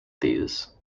these